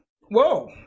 Whoa